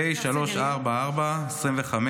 פ/344/25,